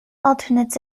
alternates